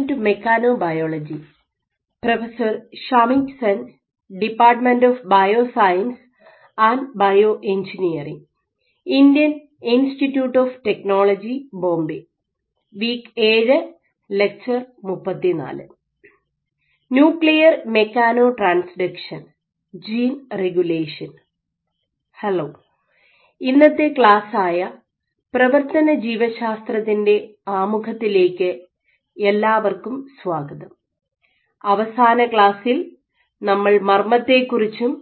nuclear mechanotransduction gene regulation hello ഇന്നത്തെ class ആയ പ്രവർത്തന ജീവശാസ്ത്രത്തിൻ്റെ മെക്കാനോബയോളജിയുടെ ആമുഖത്തിലേക്ക് എല്ലാവർക്കും സ്വാഗതം അവസാന ക്ലാസ്സിൽ നമ്മൾ മർമ്മത്തെക്കുറിച്ചും